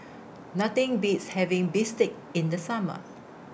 Nothing Beats having Bistake in The Summer